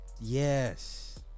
Yes